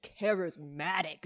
charismatic